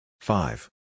five